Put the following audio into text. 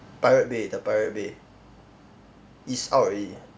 pirate bay the pirate bay is out already